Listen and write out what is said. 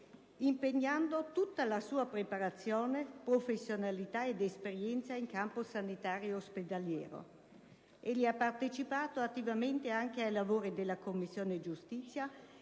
impegnando tutta la sua preparazione, professionalità ed esperienza in campo sanitario e ospedaliero. Egli ha partecipato attivamente anche ai lavori alla Commissione giustizia,